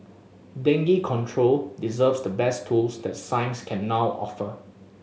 dengue control deserves the best tools that science can now offer